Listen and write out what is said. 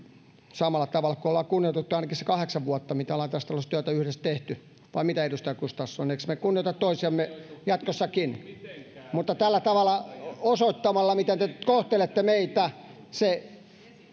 samalla tavalla kuin olemme kunnioittaneet ainakin sen kahdeksan vuotta mitä olemme tässä talossa työtä yhdessä tehneet vai mitä edustaja gustafsson emmekös me kunnioita toisiamme jatkossakin mutta osoittamalla tällä tavalla miten te kohtelette meitä ne